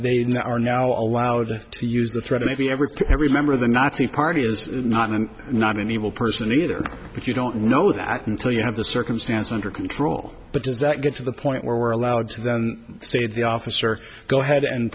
they are now allowed to use the threat maybe every parry member of the nazi party is not and not an evil person either but you don't know that until you have the circumstance under control but does that get to the point where we're allowed to say the officer go ahead and